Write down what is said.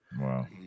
Wow